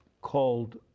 called